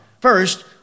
First